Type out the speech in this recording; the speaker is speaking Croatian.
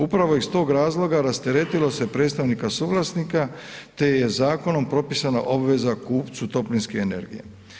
Upravo iz tog razloga rasteretilo se predstavnika suvlasnika te je zakonom propisana obveza kupcu toplinske energije.